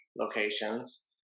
locations